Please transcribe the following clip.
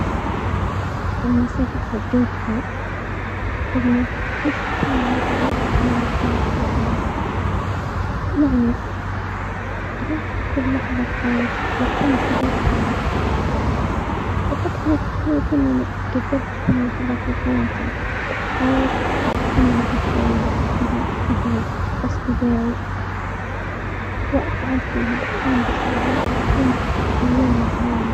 افضل نصيحة تلقيتها انه اعيش كل لحظة كما لو كانت الاخيرة، يعني اعيش كل لحظة في حياتي واكون سعيد فيها وطبقتها في حياتي ان انا قدرت كل لحظة في حياتي حاولت اهتم بذكريات مع اهلي واصدقائي واسعد فيها وانبسط بها وتكون مليانة سعادة.